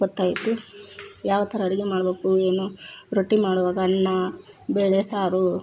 ಗೊತ್ತಾಯಿತು ಯಾವಥರ ಅಡುಗೆ ಮಾಡ್ಬೇಕು ಏನು ರೊಟ್ಟಿ ಮಾಡೋವಾಗ ಅನ್ನ ಬೇಳೆ ಸಾರು